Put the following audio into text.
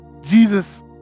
Jesus